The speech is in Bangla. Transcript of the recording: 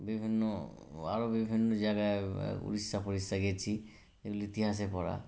বিভিন্ন আরো বিভিন্ন জাগায় উড়িষ্যা ফুড়িষ্যা গেছি এগুলো ইতিহাসে পড়া